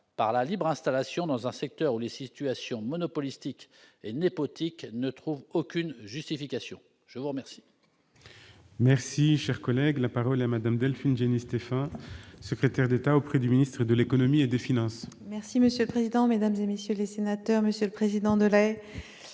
par la libre installation, dans un secteur où les situations monopolistiques et népotiques ne trouvent aucune justification ? La parole